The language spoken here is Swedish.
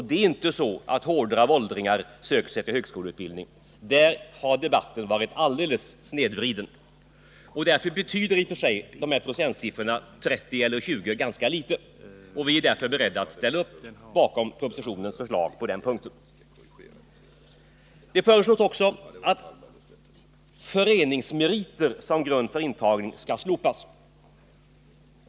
Det är inte så att horder av åldringar söker sig till högskoleutbildning. Den debatten har alltså varit helt snedvriden. Därför betyder i och för sig procentsiffrorna 30 och 20 ganska litet, och vi är därför beredda att ställa upp på propositionens förslag på den punkten. Det föreslås också att föreningsmeriter som grund för antagning till högskolan skall slopas.